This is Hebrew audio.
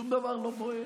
שום דבר לא בוער.